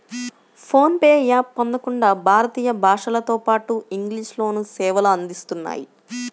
phone pay app పదకొండు భారతీయ భాషలతోపాటు ఇంగ్లీష్ లోనూ సేవలు అందిస్తున్నాయి